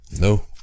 No